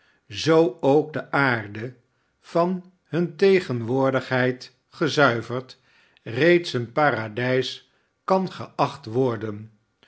zoo ook de aarde van hun tegenwoordigheid gezuiverd reeds een paradijs kan geacht worden